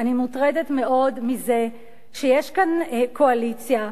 אני מוטרדת מאוד מזה שיש כאן קואליציה,